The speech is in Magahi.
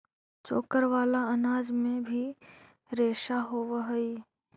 चोकर वाला अनाज में भी रेशा होवऽ हई